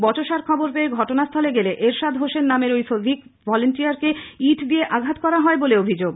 বচসার খবর পেয়ে ঘটনাস্থলে গেলে এরশাদ হোসেন নামের ঐ সিভিক ভল্যান্টিয়ারকে ইট দিয়ে আঘাত করা হয় বলে অভিযোগ